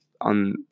on